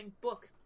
Book